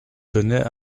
tenait